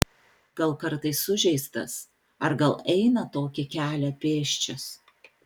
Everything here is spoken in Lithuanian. gal kartais sužeistas ar gal eina tokį kelią pėsčias